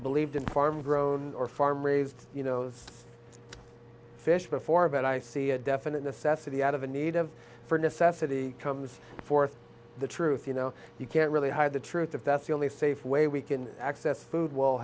believed in farm grown or farm raised you know fish before but i see a definite necessity out of a need of for necessity comes forth the truth you know you can't really hide the truth if that's the only safe way we can access food well